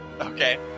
Okay